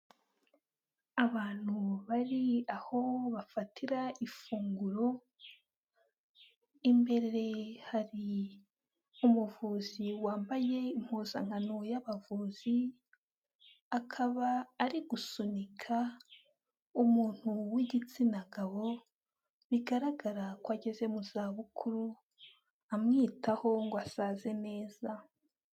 Abantu bari aho bafatira ifunguro, imbere hari umuvuzi wambaye impuzankano y'abavuzi, akaba ari gusunika umuntu w'igitsina gabo, bigaragara ko ageze mu zabukuru, amwitaho ngo asaze neza.